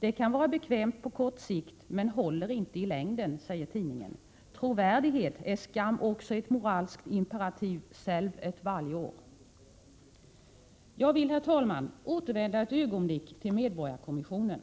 Det kan vara bekvämt på kort sikt men håller inte i längden, säger tidningen: ”Troverdighed er skam også et moralsk imperativ — selv ett valgår.” Jag vill, herr talman, återvända ett ögonblick till medborgarkommissionen.